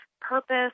purpose